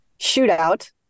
shootout